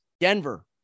Denver